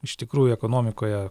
iš tikrųjų ekonomikoje